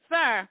Sir